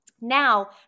Now